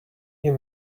you